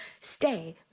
stay